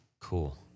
Cool